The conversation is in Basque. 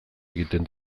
egiten